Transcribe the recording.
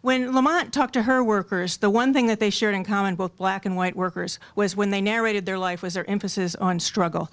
when i talk to her workers the one thing that they shared in common both black and white workers was when they narrated their life with their emphasis on struggle